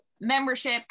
membership